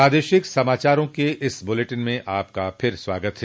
प्रादेशिक समाचारों के इस बुलेटिन में आपका फिर से स्वागत है